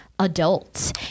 Adults